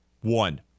One